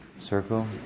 circle